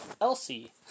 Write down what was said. Elsie